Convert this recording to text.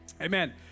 Amen